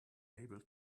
able